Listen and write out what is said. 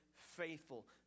faithful